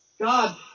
God